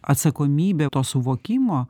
atsakomybė to suvokimo